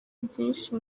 byinshi